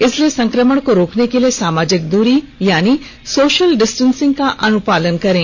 इसलिए संक्रमण को रोकने के लिए सामाजिक दूरी यानी सोशल डिस्टेंसिंग को अनुपालन करें